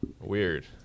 weird